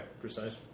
Precise